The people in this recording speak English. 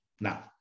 Now